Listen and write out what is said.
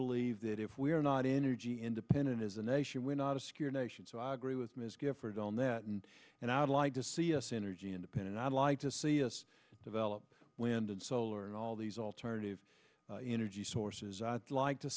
believe that if we are not energy independent as a nation we're not a secure nation so i agree with ms gifford on that and and i'd like to see us energy independent i'd like to see us develop wind and solar and all these alternative energy sources i'd like to